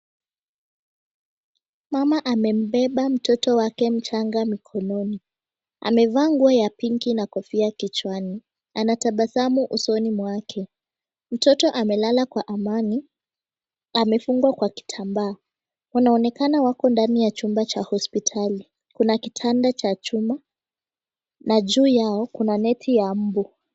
Mama amembeba mtoto wake mchanga mikononi. Amevaa nguo ya pinki na kofia kichwani, ana tabasamu usoni mwake. Mtoto amelala kwa amani, amefungwa kwa kitambaa. Wanaonekana wako ndani ya chumba cha hospitali, kuna kitanda cha chuma na juu yao kuna neti ya mbu.